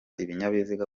ibinyabiziga